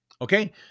Okay